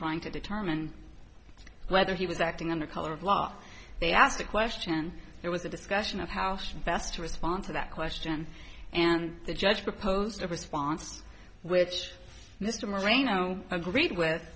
trying to determine whether he was acting under color of law they asked a question there was a discussion of house fast response to that question and the judge proposed a response which mr moreno agreed with